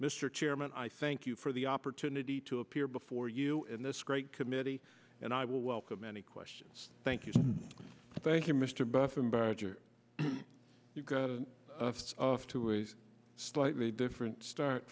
mr chairman i thank you for the opportunity to appear before you in this great committee and i will welcome any questions thank you thank you mr bevan badger you've got a to a slightly different start